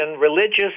religious